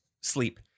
sleep